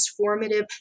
transformative